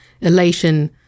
Elation